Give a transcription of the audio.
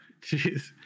Jeez